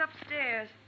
upstairs